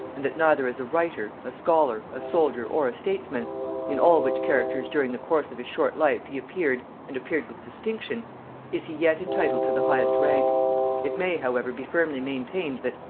and that neither as a writer, a scholar, a soldier, or a statesman in all which characters during the course of his short life he appeared, and appeared with distinction is he yet entitled to the highest rank it may however be firmly maintained that,